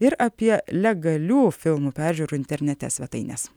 ir apie legalių filmų peržiūrų internete svetaines